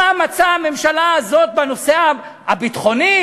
מה מצע הממשלה הזאת בנושא הביטחוני?